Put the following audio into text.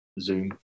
Zoom